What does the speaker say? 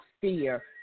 fear